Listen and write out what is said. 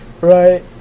right